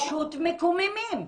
פשוט מקוממים.